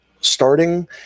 starting